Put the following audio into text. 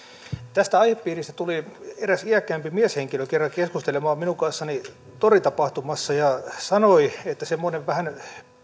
tästä aihepiiristä tuli eräs iäkkäämpi mieshenkilö kerran keskustelemaan minun kanssani toritapahtumassa ja sanoi että semmoinen vähän